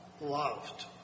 loved